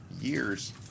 years